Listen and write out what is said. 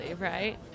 right